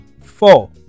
four